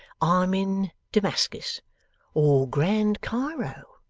i'm in damascus or grand cairo.